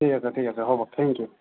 ঠিক আছে ঠিক আছে হ'ব থেংক ইউ